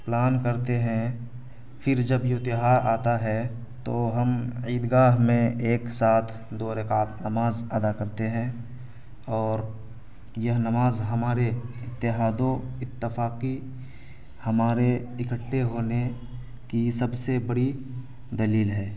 plan کرتے ہیں پھر جب یہ تہوار آتا ہے تو ہم عید گاہ میں ایک ساتھ دو رکعت نماز ادا کرتے ہیں اور یہ نماز ہمارے اتحاد و اتفاقی ہمارے اکٹھے ہونے کی سب سے بڑی دلیل ہے